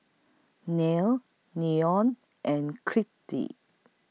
Nia Leonor and Crete